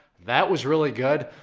that was really good.